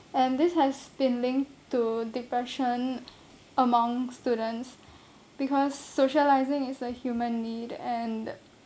and this has been linked to depression among students because socialising is a human need and